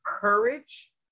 courage